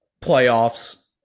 playoffs